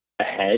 ahead